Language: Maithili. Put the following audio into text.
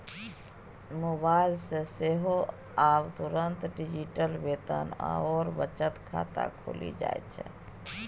मोबाइल सँ सेहो आब तुरंत डिजिटल वेतन आओर बचत खाता खुलि जाइत छै